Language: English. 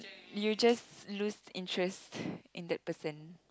you just lost interest in that person